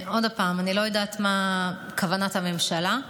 עוד פעם, אני לא יודעת מה כוונת הממשלה.